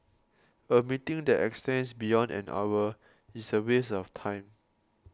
a meeting that extends beyond an hour is a waste of time